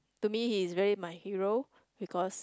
to me he's really my hero because